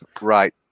right